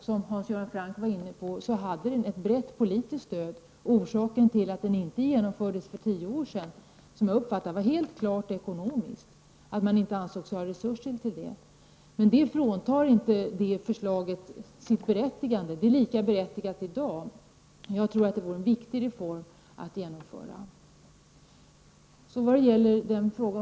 Som Hans Göran Franck nämnde hade reformen ett brett politiskt stöd. Orsaken till att den inte genomfördes för tio år sedan, som jag uppfattar det, var helt klart ekonomiskt. Det fanns inte resurser. Men detta fråntar inte förslaget dess berättigande. Det är lika berättigat att genomföra förslaget i dag. Jag tror att denna reform är viktig.